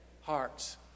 hearts